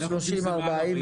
30% 40%,